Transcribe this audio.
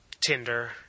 Tinder